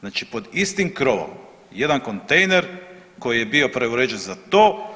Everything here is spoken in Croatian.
Znači pod istim krovom, jedan kontejner koji je bio preuređen za to.